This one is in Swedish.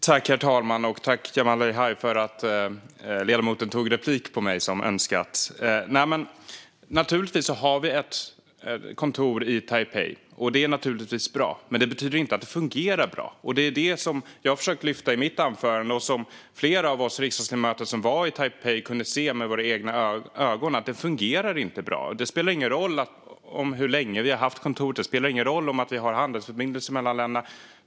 Herr talman! Jag tackar Jamal El-Haj för att ledamoten begärde replik - som önskat. Naturligtvis har vi ett kontor i Taipei, och det är bra. Men det betyder inte att det fungerar bra. Jag har i mitt anförande försökt att lyfta fram att flera av oss riksdagsledamöter som var i Taipei med våra egna ögon kunde se att kontoret inte fungerar bra. Det spelar ingen roll hur länge kontoret har funnits eller att det finns handelsförbindelser mellan länderna.